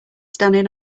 standing